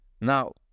Now